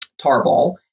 tarball